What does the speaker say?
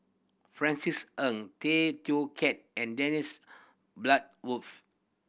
Francis Ng Tay Teow Kiat and Dennis Bloodworth